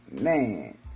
Man